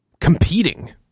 competing